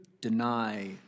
deny